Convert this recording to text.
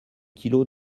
kilos